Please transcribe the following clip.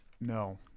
No